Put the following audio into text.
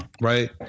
right